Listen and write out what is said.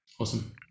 Awesome